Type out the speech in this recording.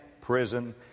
prison